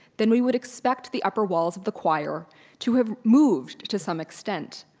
then we would expect the upper walls of the choir to have moved to some extent,